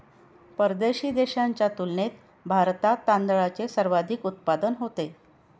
परदेशी देशांच्या तुलनेत भारतात तांदळाचे सर्वाधिक उत्पादन होते